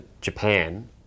Japan